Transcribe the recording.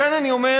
לכן אני אומר: